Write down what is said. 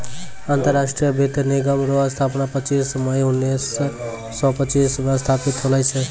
अंतरराष्ट्रीय वित्त निगम रो स्थापना पच्चीस मई उनैस सो पच्चीस मे स्थापित होल छै